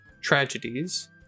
tragedies